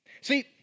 See